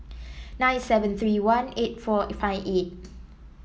nine seven three one eight four five eight